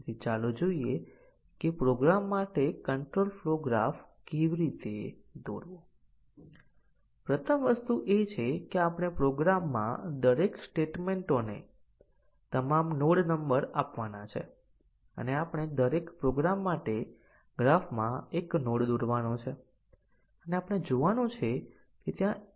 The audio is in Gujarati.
અને તેથી આ બંને કોમ્પોનન્ટ કન્ડીશનોએ સાચા અને ખોટા મૂલ્યો લીધાં છે પરંતુ તે પછી દરેક વખતે નિર્ણય ખોટાને મૂલ્યાંકન કરે છે